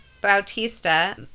Bautista